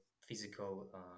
physical